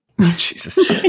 Jesus